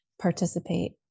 participate